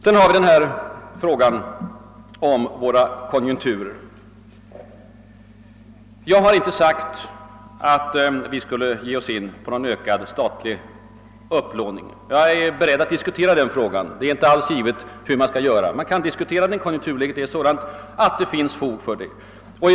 Vad därefter gäller konjunkturerna, har jag inte sagt att vi skulle ge oss in på ökad statlig upplåning. Jag är beredd att diskutera den frågan; det är inte alls givet hur man skall göra. Konjunkturläget är sådant att det finns fog för en debatt.